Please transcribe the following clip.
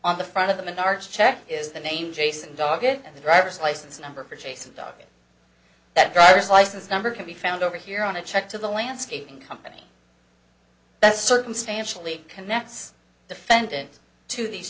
on the front of the menards check is the name jason dog and the driver's license number for chase and dog that driver's license number can be found over here on a check to the landscaping company that circumstantially connects defendant to these